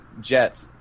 jet